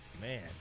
man